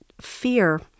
fear